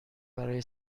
برای